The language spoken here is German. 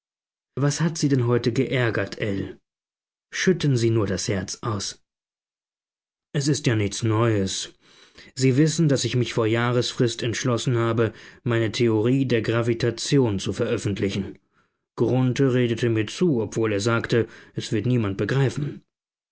was hat sie denn heute geärgert ell schütten sie nur das herz aus es ist ja nichts neues sie wissen daß ich mich vor jahresfrist entschlossen habe meine theorie der gravitation zu veröffentlichen grunthe redete mir zu obwohl er sagte es wird niemand begreifen